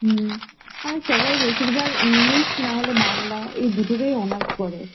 হুম আর সবাই বেশিরভাগ ইংলিশ নাহলে বাংলা এই দুটোরই অনার্স করে